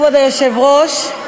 כבוד היושב-ראש,